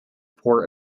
poor